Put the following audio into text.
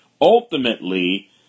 ultimately